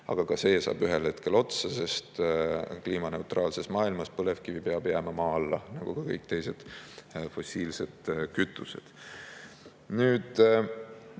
aga ka see saab ühel hetkel otsa, sest kliimaneutraalses maailmas põlevkivi peab jääma maa alla nagu ka kõik teised fossiilsed kütused. Kui